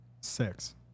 Six